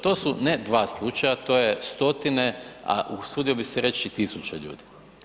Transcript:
To su ne 2 slučaja to je stotine, a usudio bi se reć i tisuće ljudi.